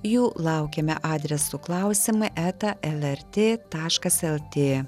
jų laukiame adresu klausimai eta lrt taškas lt